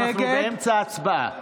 אנחנו באמצע הצבעה.